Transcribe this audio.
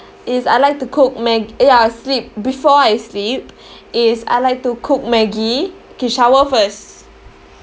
is I like to cook mag~ ya sleep before I sleep is I like to cook Maggi K shower first